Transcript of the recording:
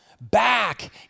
back